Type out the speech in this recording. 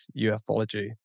ufology